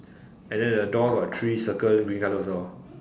and then the door got three circles green colour also